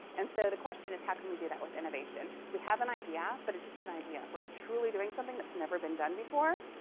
and so the question is how can we do that with innovation? we have an idea, but it's just an idea. if we're truly doing something that's never been done before,